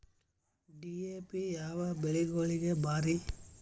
DAP ಯಾವ ಬೆಳಿಗೊಳಿಗ ಭಾರಿ?